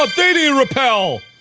um dd repel!